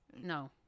No